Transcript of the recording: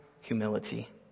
humility